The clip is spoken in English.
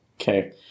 Okay